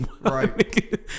right